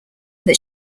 that